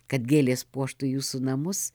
kad gėlės puoštų jūsų namus